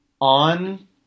on